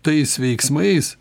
tais veiksmais